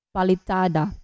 Palitada